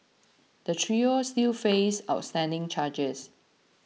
the trio still face outstanding charges